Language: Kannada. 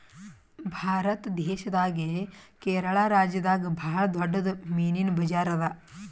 ಭಾರತ್ ದೇಶದಾಗೆ ಕೇರಳ ರಾಜ್ಯದಾಗ್ ಭಾಳ್ ದೊಡ್ಡದ್ ಮೀನಿನ್ ಬಜಾರ್ ಅದಾ